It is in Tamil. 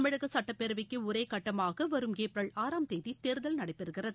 தமிழக சட்டப்பேரவைக்கு ஒரே கட்டமாக வரும் ஏப்ரல் ஆறாம் தேதி தேர்தல் நடைபெறுகிறது